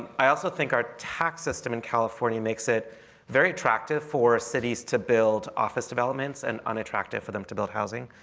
i also think our tax system in california makes it very attractive for cities to build office developments and unattractive for them to build housing.